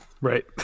Right